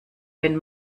wenn